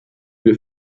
wir